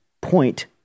point